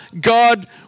God